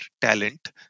talent